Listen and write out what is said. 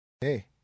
Hey